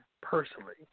personally